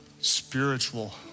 spiritual